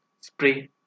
spray